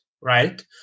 right